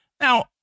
Now